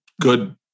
good